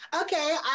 Okay